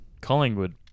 Collingwood